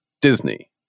disney